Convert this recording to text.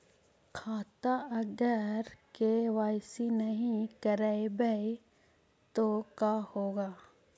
खाता अगर के.वाई.सी नही करबाए तो का होगा?